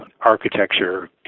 architecture